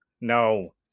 No